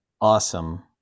awesome